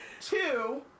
two